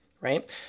right